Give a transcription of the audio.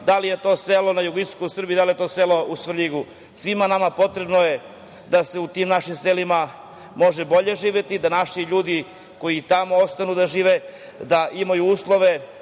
da li je to selo na jugoistoku Srbije, da li je to selo u Svrljigu. Svima nama je potrebno da se u tim našim selima može bolje živeti, da naši ljudi koji tamo ostanu da žive da imaju uslove